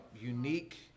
unique